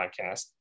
podcast